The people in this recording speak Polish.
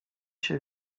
się